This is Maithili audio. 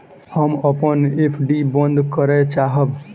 हम अपन एफ.डी बंद करय चाहब